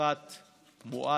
פחת מואץ.